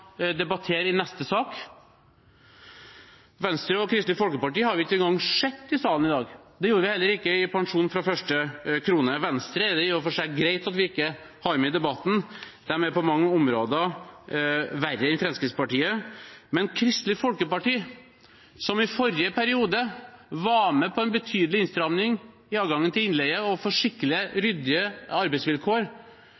i neste sak. Venstre og Kristelig Folkeparti har vi ikke engang sett i salen i dag. Det gjorde vi heller ikke i debatten om pensjon fra første krone. Venstre er det i og for seg greit at vi ikke har med i debatten – de er på mange områder verre enn Fremskrittspartiet – men Kristelig Folkeparti, som i forrige periode var med på en betydelig innstramming i adgangen til innleie og for skikkelige,